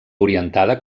orientada